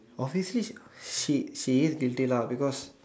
obviously she she is guilty lah because